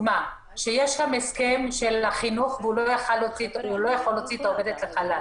שיש הסכם של החינוך והוא לא יכול להוציא את העובדת לחל"ת,